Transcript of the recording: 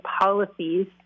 policies –